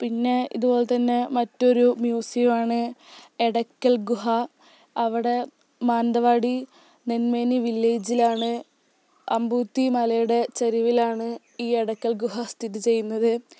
പിന്നേ ഇതുപോലെ തന്നെ മറ്റൊരു മ്യൂസിയമാണ് എടക്കൽ ഗുഹ അവിടെ മാനന്തവാടി നെന്മേനി വില്ലേജിലാണ് അമ്പുകുത്തി മലയുടെ ചെരുവിലാണ് ഈ എടക്കൽ ഗുഹ സ്ഥിതി ചെയ്യുന്നത്